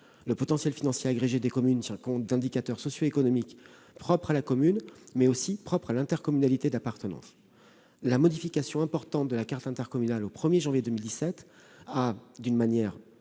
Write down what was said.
Le potentiel financier agrégé tient compte d'indicateurs socio-économiques propres à la commune, mais aussi à l'intercommunalité d'appartenance. La modification importante de la carte intercommunale intervenue au 1 janvier 2017 a, d'une manière